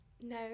no